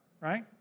Right